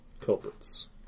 culprits